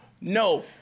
No